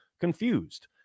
Confused